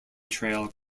trail